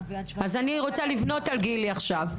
אז אני רוצה לבנות על גילי עכשיו.